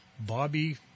Bobby